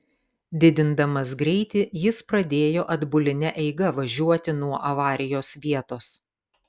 didindamas greitį jis pradėjo atbuline eiga važiuoti nuo avarijos vietos